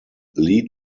lead